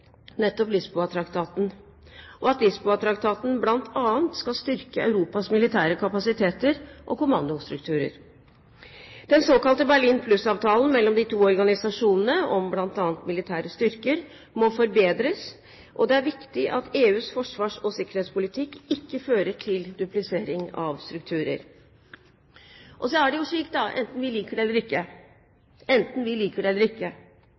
nettopp Lisboa-traktaten, og at Lisboa-traktaten bl.a. skal styrke Europas militære kapasiteter og kommandostrukturer. Den såkalte Berlin pluss-avtalen mellom de to organisasjonene om bl.a. militære styrker må forbedres, og det er viktig at EUs forsvars- og sikkerhetspolitikk ikke fører til duplisering av strukturer. Og så er det jo slik – enten vi liker det eller